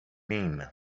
mean